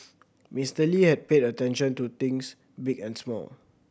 Mister Lee had paid attention to things big and small